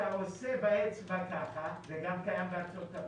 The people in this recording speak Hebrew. אתה עושה באצבע ככה, זה גם קיים בארצות-הברית.